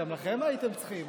גם אתם הייתם צריכים.